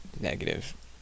negative